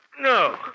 No